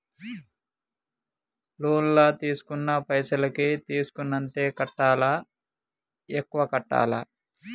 Loan లా తీస్కున్న పైసల్ కి తీస్కున్నంతనే కట్టాలా? ఎక్కువ కట్టాలా?